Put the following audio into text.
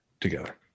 together